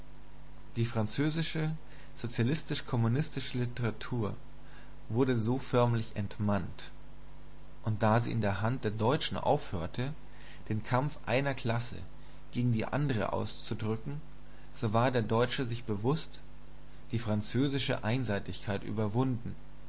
die französische sozialistisch kommunistische literatur wurde so förmlich entmannt und da sie in der hand des deutschen aufhörte den kampf einer klasse gegen die andre auszudrücken so war der deutsche sich bewußt die französische einseitigkeit überwunden